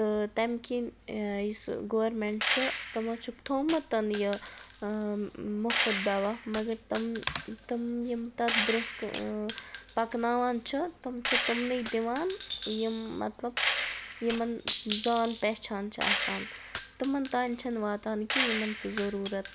تہٕ تَمہِ کِنۍ یُس گورمٮ۪نٛٹ چھُ تِمو چھُکھ تھوٚومُت یہِ مُفُت دَوا مگر تِم تِم یِم تَتھ برٛونٛہہ پَکناوان چھِ تِم چھِ تِمنٕے دِوان یِم مطلب یِمَن زان پہچان چھِ آسان تِمَن تانۍ چھَنہٕ واتان کہِ یِمَن سُہ ضروٗرَت